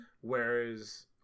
Whereas